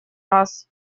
раз